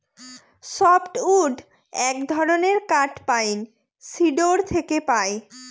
soft wood এক ধরনের কাঠ পাইন, সিডর থেকে পাই